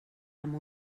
amb